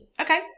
Okay